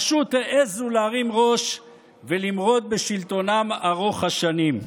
פשוט העזו להרים ראש ולמרוד בשלטונם ארוך השנים.